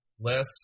less